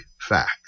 facts